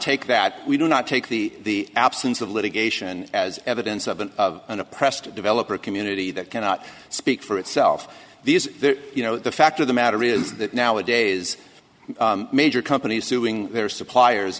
take that we do not take the absence of litigation as evidence of an oppressed developer community that cannot speak for itself these you know the fact of the matter is that nowadays major companies suing their suppliers